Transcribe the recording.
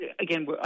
Again